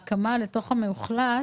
ממצב של הקמה למצב של מאוכלס,